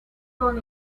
son